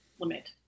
limit